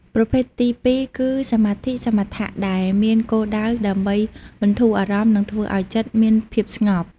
ប្រភេទទីពីរគឺ សមាធិសមថៈ ដែលមានគោលដៅដើម្បីបន្ធូរអារម្មណ៍និងធ្វើឱ្យចិត្តមានភាពស្ងប់។